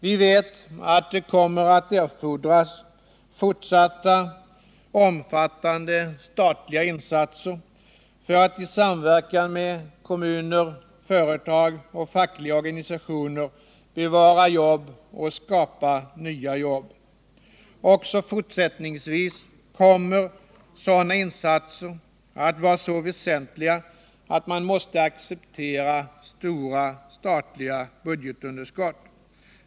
Vi vet att det kommer att erfordras fortsatta, omfattande statliga insatser för att i samverkan med kommuner, företag och fackliga organisationer bevara jobb och skapa nya jobb. Också fortsättningsvis kommer sådana insatser att vara så väsentliga att man måste acceptera stora statliga budgetunderskott.